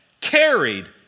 carried